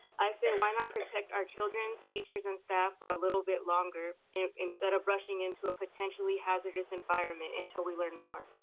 i say, why not protect our children, teachers, and staff for a little bit longer instead of rushing into a potentially hazardous environment until we learn more.